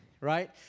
right